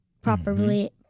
properly